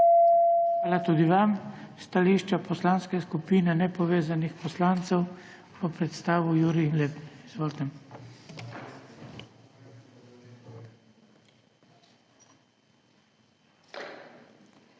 Hvala tudi vam. Stališča Poslanske skupine nepovezanih poslancev bo predstavil Jurij Lep. Izvolite. JURIJ